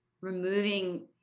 removing